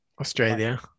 australia